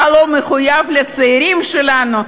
אתה לא מחויב לצעירים שלנו?